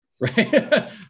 Right